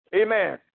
Amen